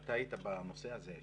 אתה היית בנושא הזה,